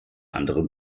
anderem